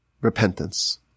repentance